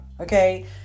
okay